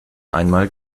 einmal